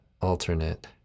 alternate